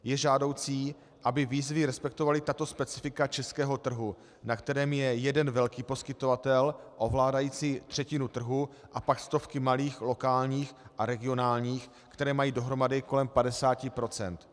Je žádoucí, aby výzvy respektovaly tato specifika českého trhu, na kterém je jeden velký poskytovatel ovládající třetinu trhu a pak stovky malých lokálních a regionálních, které mají dohromady kolem 50 %.